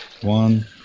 One